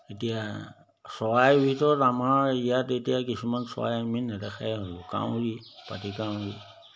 এতিয়া চৰাইৰ ভিতৰত আমাৰ ইয়াত এতিয়া কিছুমান চৰাই আমি নেদেখাই হলোঁ কাউৰী পাতিকাউৰী